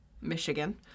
Michigan